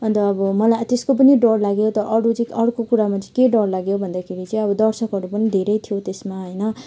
अन्त अब मलाई त्यसको पनि डर लाग्यो त अरू चाहिँ अर्को कुरामा चाहिँ के डर लाग्यो भन्दाखेरि चाहिँ अब दर्शकहरू पनि धेरै थियो त्यसमा होइन